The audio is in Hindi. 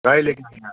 गाड़ी लेके